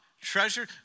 treasure